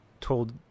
told